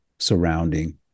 surrounding